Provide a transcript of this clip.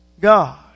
God